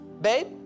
babe